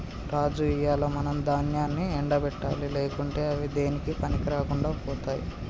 రాజు ఇయ్యాల మనం దాన్యాన్ని ఎండ పెట్టాలి లేకుంటే అవి దేనికీ పనికిరాకుండా పోతాయి